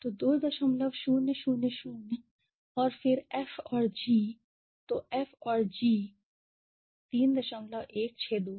तो 2000और फिर एफ और जी है तो एफ और जी जी और एफ 3162है